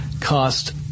Cost